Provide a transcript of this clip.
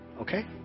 Okay